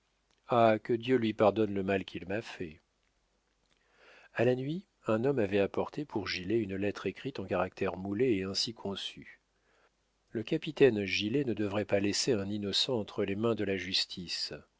ah que dieu lui pardonne le mal qu'il m'a fait a la nuit un homme avait apporté pour gilet une lettre écrite en caractères moulés et ainsi conçue le capitaine gilet ne devrait pas laisser un innocent entre les mains de la justice